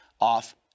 off